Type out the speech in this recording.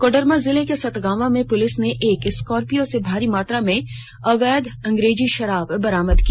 कोडरमा जिले के सतगावां में पुलिस ने एक स्कार्पियों से भारी मात्रा में अवैध अंग्रेजी शराब बरामद किया